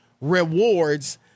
rewards